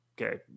Okay